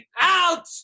Out